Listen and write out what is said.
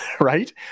Right